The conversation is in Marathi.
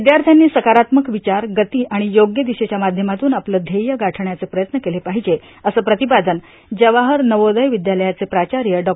विद्यार्थ्यांनी सकारत्मक विचार गती आणि योग्य दिशेच्या माध्यमातून आपलं ध्येय गाठण्याचं प्रयत्न केले पाहिजे असं प्रतिपादन जवाहर नवोदय विद्यालयाचे प्राचार्य डॉ